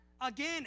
Again